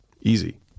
Easy